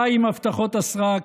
די עם הבטחות הסרק,